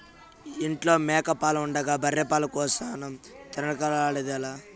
ఇంట్ల మేక పాలు ఉండగా బర్రె పాల కోసరం తనకలాడెదవేల